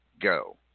go